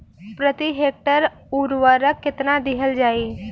प्रति हेक्टेयर उर्वरक केतना दिहल जाई?